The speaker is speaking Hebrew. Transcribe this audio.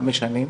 חמש שנים.